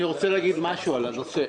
אני רוצה להגיד משהו על הנושא.